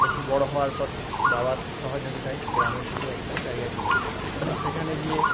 একটু বড়ো হওয়ার পর বাবার সহযোগিতায় গ্রামের দিকে একটা জায়গা কিনি এবং সেখানে গিয়ে